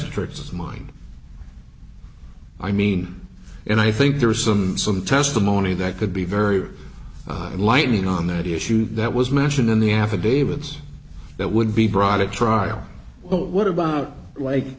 it's mine i mean and i think there was some some testimony that could be very enlightening on that issue that was mentioned in the affidavits that would be brought to trial what about like